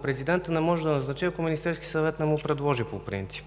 – президентът не може да назначи, ако Министерският съвет не му предложи по принцип.